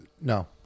No